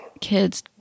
kids